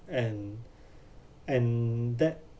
and and that